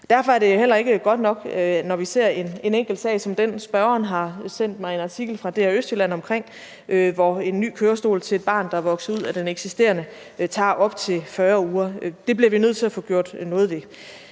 Derfor er det heller ikke godt nok, når vi ser en enkelt sag som den, spørgeren har sendt mig en artikel fra DR Østjylland om, hvor en sag om en ny kørestol til et barn, der er vokset ud af den eksisterende, tager op til 40 uger at sagsbehandle. Det bliver vi nødt til at få gjort noget ved.